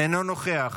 אינו נוכח,